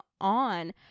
on